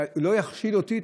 שלא יכשיל אותי,